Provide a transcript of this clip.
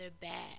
bad